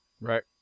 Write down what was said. Right